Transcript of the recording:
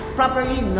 properly